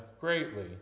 greatly